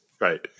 Right